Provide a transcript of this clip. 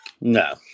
No